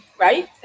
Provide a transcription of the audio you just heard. right